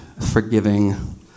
forgiving